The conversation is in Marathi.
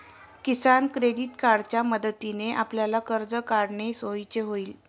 किसान क्रेडिट कार्डच्या मदतीने आपल्याला कर्ज काढणे सोयीचे होईल